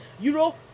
Euro